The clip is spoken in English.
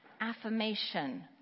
affirmation